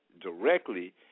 directly